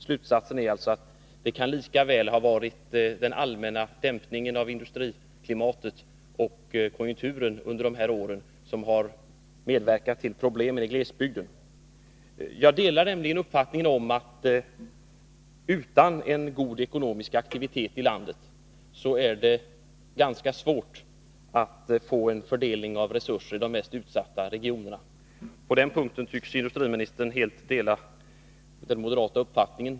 Slutsatsen innebär alltså att det lika väl kan ha varit den allmänna dämpningen av industriklimatet och konjunkturen under de här åren som har medverkat till problemen i glesbygden. Jag delar nämligen uppfattningen att utan en god ekonomisk aktivitet i landet är det ganska svårt att få en fördelning av resurser i de mest utsatta regionerna. På den punkten tycks industriministern helt dela den moderata uppfattningen.